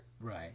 right